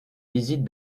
visite